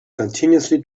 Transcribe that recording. continuously